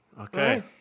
Okay